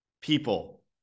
people